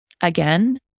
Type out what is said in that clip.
again